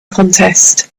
contest